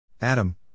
Adam